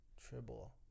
Tribble